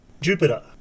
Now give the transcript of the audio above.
Jupiter